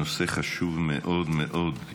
נושא חשוב מאוד מאוד.